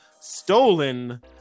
stolen